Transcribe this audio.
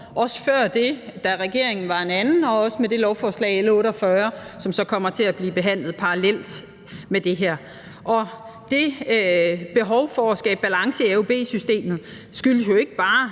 også før, da regeringen var en anden, og også med lovforslag L 48, som så kommer til at blive behandlet parallelt med det her. Det behov for at skabe balance i AUB-systemet skyldes ikke bare,